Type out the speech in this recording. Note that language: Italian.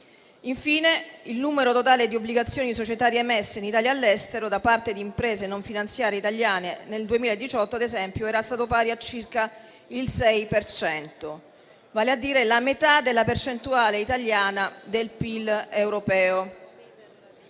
Infine, il numero totale di obbligazioni societarie emesse in Italia e all'estero da parte di imprese non finanziarie italiane nel 2018, ad esempio, era stato pari a circa il 6 per cento, vale a dire la metà della percentuale italiana del PIL europeo.